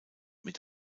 mit